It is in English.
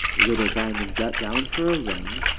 little diamond got down for a run,